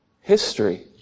history